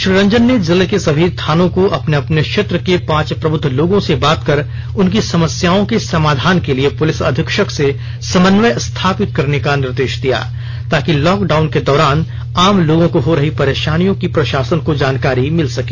श्री रंजन ने जिले के सभी थानों को अपने अपने क्षेत्र के पांच प्रबुद्ध लोगों से बात कर उनकी समस्याओं के समाधान के लिए पुलिस अधीक्षक से समन्वय स्थापित करने का निर्देष दिया ताकि लॉकडाउन के दौरान आम लोगों को हो रही परेशानियों की प्रषासन को जानकारी मिल सके